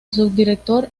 subdirector